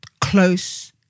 close